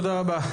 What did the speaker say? תודה רבה.